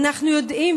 אנחנו יודעים,